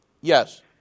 Yes